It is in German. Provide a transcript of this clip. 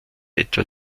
etwa